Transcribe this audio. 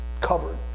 covered